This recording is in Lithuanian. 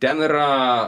ten yra